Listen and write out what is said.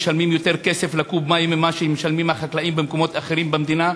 משלמים יותר כסף על קוב מים ממה שמשלמים החקלאים במקומות אחרים במדינה,